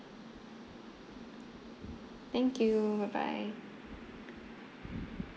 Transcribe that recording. thank you bye bye